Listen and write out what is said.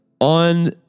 on